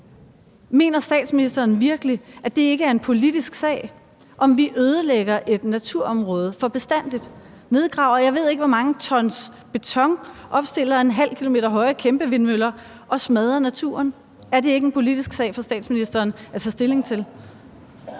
Mener statsministeren virkelig, at det ikke er en politisk sag, at vi ødelægger et naturområde for bestandig, nedgraver, jeg ved ikke hvor mange tons beton, opstiller ½ km høje kæmpevindmøller og smadrer naturen? Er det ikke en politisk sag for statsministeren at tage stilling til?